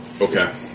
Okay